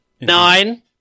nine